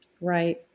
Right